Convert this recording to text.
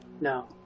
No